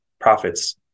profits